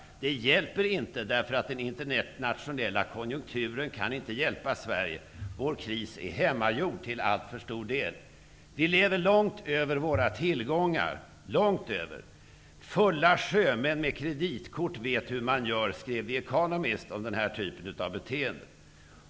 Det hjälper inte, eftersom den internationella konjunkturen inte kan hjälpa Sverige. Vår kris är till alltför stor del hemmagjord. Vi lever långt över våra tillgångar. Fulla sjömän med kreditkort vet hur man gör, skrev The Economist om den här typen av beteende.